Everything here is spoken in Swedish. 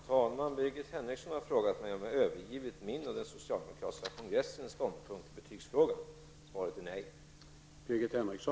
Herr talman! Birgit Henriksson har frågat mig om jag övergivit min och den socialdemokratiska kongressens ståndpunkt i betygsfrågan. Svaret är nej!